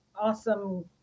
awesome